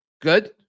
Good